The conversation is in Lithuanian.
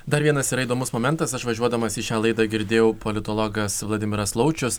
dar vienas įdomus momentas aš važiuodamas į šią laidą girdėjau politologas vladimiras laučius